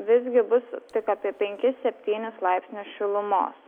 visgi bus tik apie penkis septynis laipsnius šilumos